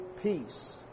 peace